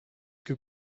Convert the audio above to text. que